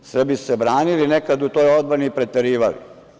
Srbi su se branili i nekad u toj odbrani preterivali.